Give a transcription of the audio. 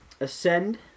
ascend